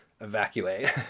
evacuate